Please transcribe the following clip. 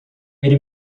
ele